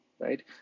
right